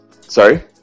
sorry